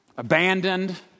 abandoned